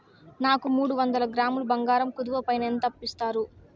నాకు మూడు వందల గ్రాములు బంగారం కుదువు పైన ఎంత అప్పు ఇస్తారు?